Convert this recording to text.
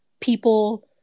people